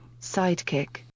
Sidekick